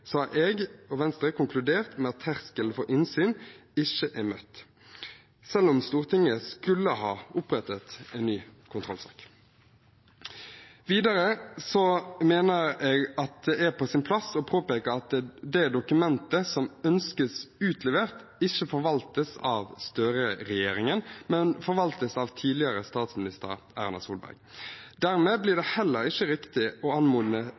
har jeg og Venstre konkludert med at terskelen for innsyn ikke er møtt, selv om Stortinget skulle ha opprettet en ny kontrollsak. Videre mener jeg at det er på sin plass å påpeke at det dokumentet som ønskes utlevert, ikke forvaltes av Støre-regjeringen, men forvaltes av tidligere statsminister Erna Solberg. Dermed blir det heller ikke riktig å